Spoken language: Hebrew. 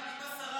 תגידי לבנט,